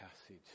passage